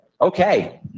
Okay